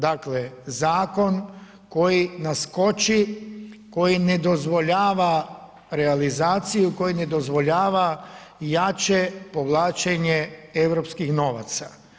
Dakle, zakon koji nas koči, koji ne dozvoljava realizaciju, koji ne dozvoljava jače povlačenje europskih novaca.